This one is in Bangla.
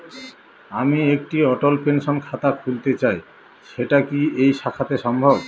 আমি একটি অটল পেনশন খাতা খুলতে চাই সেটা কি এই শাখাতে সম্ভব?